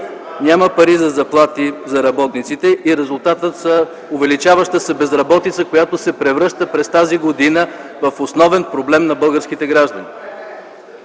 Няма пари за заплати за работниците и резултатът е увеличаваща се безработица, която се превръща през тази година в основен проблем на българските граждани.